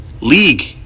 League